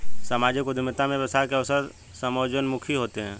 सामाजिक उद्यमिता में व्यवसाय के अवसर समाजोन्मुखी होते हैं